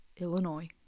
Illinois